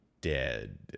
dead